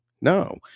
no